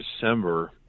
December